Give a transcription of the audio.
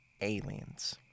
Aliens